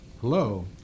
Hello